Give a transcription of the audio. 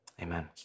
amen